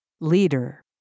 leader